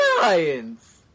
Science